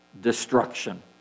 Destruction